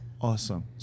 Awesome